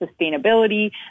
sustainability